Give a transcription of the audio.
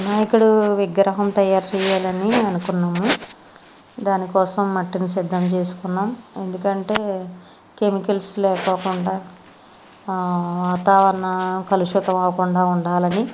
వినాయకుడు విగ్రహం తయారు చేయాలి అని అనుకున్నాము దానికోసం మట్టిన సిద్ధం చేసుకున్నాం ఎందుకంటే కెమికల్స్ లేకుండా వాతావరణ కలుషితం అవ్వకుండా ఉండాలని